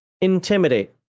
intimidate